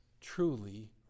truly